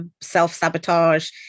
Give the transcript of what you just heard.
self-sabotage